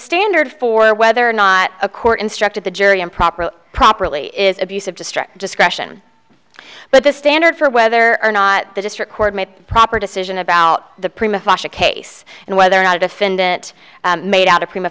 standard for whether or not a court instructed the jury improperly properly is abuse of district discretion but the standard for whether or not the district court made a proper decision about the prima fascia case and whether or not a defendant made out a prima